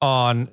on